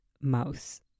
mouse